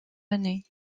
années